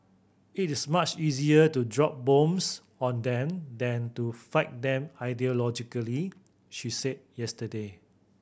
it is much easier to drop bombs on them than to fight them ideologically she said yesterday